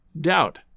doubt